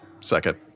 second